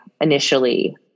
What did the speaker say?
initially